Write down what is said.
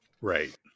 right